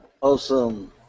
Awesome